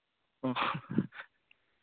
ꯑ